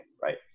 right